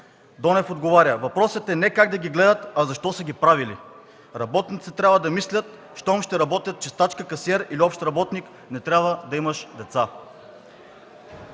Донев отговаря: „Въпросът е не как да ги гледат, а защо са ги правили?! Работниците трябва да мислят – щом ще работиш чистачка, касиер или общ работник, не трябва да имаш деца.”